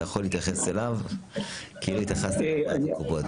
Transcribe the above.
אתה יכול להתייחס אליו כאילו התייחסת לכל הקופות.